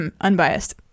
Unbiased